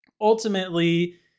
Ultimately